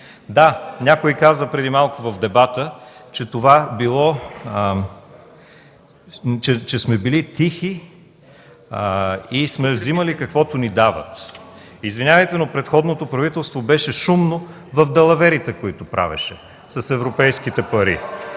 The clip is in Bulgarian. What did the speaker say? Да, някой каза преди малко в дебата, че сме били тихи и сме вземали какво ни дават. Извинявайте, но предходното правителство беше шумно в далаверите, които правеше с европейските пари.